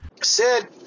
Sid